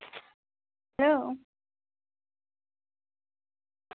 hello